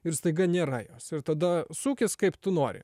ir staiga nėra jos ir tada sukis kaip tu nori